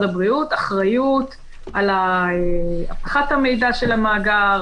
הבריאות אחריות על אבטחת המידע של המאגר,